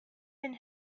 been